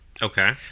okay